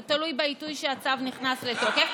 זה תלוי בעיתוי שבו הצו נכנס לתוקף.